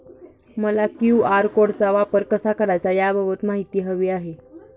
मला क्यू.आर कोडचा वापर कसा करायचा याबाबत माहिती हवी आहे